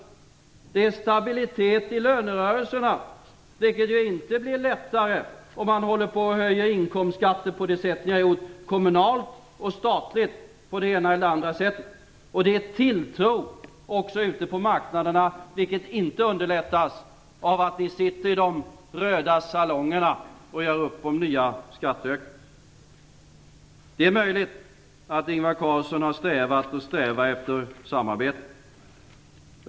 Det behövs också stabilitet i lönerörelserna, vilket inte blir lättare om man höjer inkomstskatter på det sätt som ni har gjort kommunalt och statligt på olika sätt. Det behövs dessutom en tilltro ute på marknaderna, något som inte underlättas av att ni sitter i de röda salongerna och gör upp om nya skattehöjningar. Det är möjligt att Ingvar Carlsson har strävat och strävar efter samarbete.